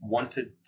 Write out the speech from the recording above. Wanted